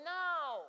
now